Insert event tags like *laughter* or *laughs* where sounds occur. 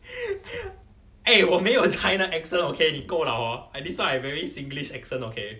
*laughs* eh 我没有 china accent okay 你够了 hor I this one I very singlish accent okay